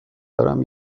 دارم